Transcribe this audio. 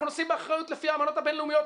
אנחנו נושאים באחריות לפי האמנות הבין-לאומיות,